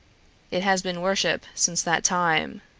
it has been worship since that time.